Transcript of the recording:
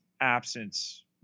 absence